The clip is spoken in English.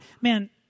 man